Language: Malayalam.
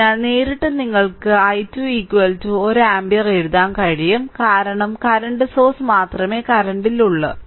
അതിനാൽ നേരിട്ട് നിങ്ങൾക്ക് i2 1 ആമ്പിയർ എഴുതാൻ കഴിയും കാരണം കറന്റ് സോഴ്സ് മാത്രമേ കറന്റിൽ ഉള്ളൂ